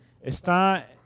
está